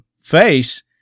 face